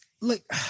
look